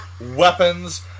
weapons